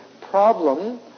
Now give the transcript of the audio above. problem